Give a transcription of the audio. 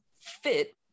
fit